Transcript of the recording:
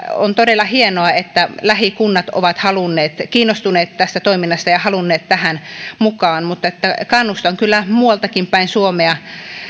on todella hienoa että lähikunnat ovat kiinnostuneet tästä toiminnasta ja halunneet tähän mukaan mutta kannustan kyllä muualtakin päin suomea